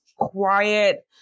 quiet